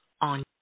on